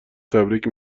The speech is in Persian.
تبریک